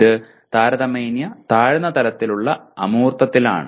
ഇത് താരതമ്യേന താഴ്ന്ന തലത്തിലുള്ള അമൂർത്തത്തിലാണ്